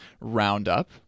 roundup